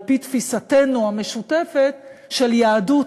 על-פי תפיסתנו המשותפת של יהדות,